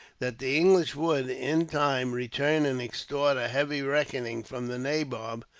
that the english would, in time, return and extort a heavy reckoning from the nabob,